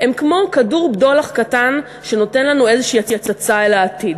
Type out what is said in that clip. הם כמו כדור בדולח קטן שנותן לנו איזושהי הצצה אל העתיד,